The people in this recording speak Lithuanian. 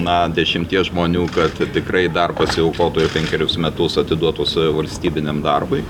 na dešimties žmonių kad tikrai dar pasiaukotų ir penkerius metus atiduotus valstybiniam darbui